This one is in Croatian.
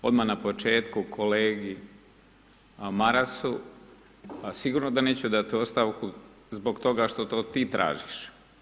Odmah na početku kolegi Marasu, a sigurno da neću dati ostavku zbog toga što to ti tražiš.